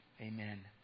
Amen